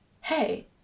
Hey